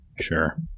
Sure